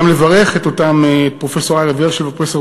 גם לברך את פרופסור אריה ורשל ופרופסור